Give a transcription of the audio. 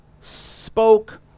spoke